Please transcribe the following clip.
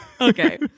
Okay